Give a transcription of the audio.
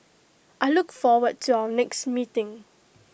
I look forward to our next meeting